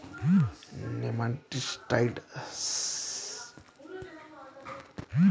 nematicides ಆಲೂಗೆಡ್ಡೆ ಬೆಳೆಯಲಿ ಕಂಡುಬರುವ ರೋಗವನ್ನು ಹೋಗಲಾಡಿಸಲು ಹೊಡೆಯುವ ಔಷಧಿಯಾಗಿದೆ